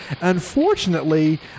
unfortunately